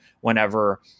whenever